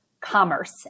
commerce